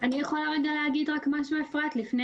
אני יכולה להגיד משהו לפני?